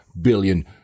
billion